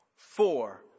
Four